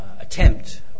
attempt